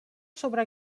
sobre